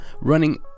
running